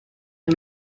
der